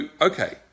Okay